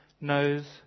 knows